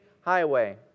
highway